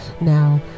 now